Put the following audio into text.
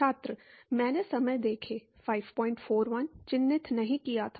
छात्र मैंने चिह्नित नहीं किया था